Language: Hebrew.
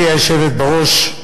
גברתי היושבת בראש,